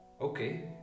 okay